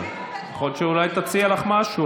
תקשיבי לה, יכול להיות שאולי היא תציע לך משהו.